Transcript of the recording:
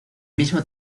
mismo